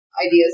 ideas